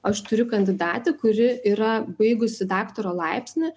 aš turiu kandidatę kuri yra baigusi daktaro laipsnį